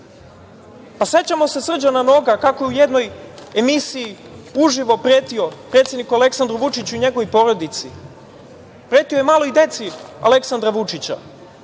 Sećamo se Srđana Noga kako je u jednoj emisiji uživo pretio predsedniku Aleksandru Vučiću i njegovoj porodici, pretio je maloj deci Aleksandra Vučića.